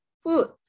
food